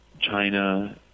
China